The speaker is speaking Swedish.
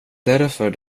därför